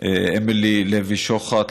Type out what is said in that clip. אמילי לוי שוחט,